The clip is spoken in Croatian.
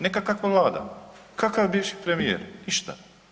Ne kakva vlada, kakav bivši premijer ništa.